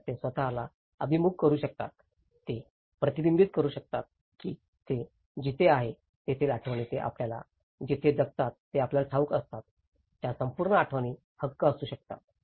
तर ते स्वत ला अभिमुख करू शकतात ते प्रतिबिंबित करू शकतात की ते जिथे आहेत तेथील आठवणी ते आपल्याला जिथे जगतात ते आपल्याला ठाऊक असतात त्या संपूर्ण आठवणी हक्क असू शकतात